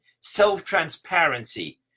self-transparency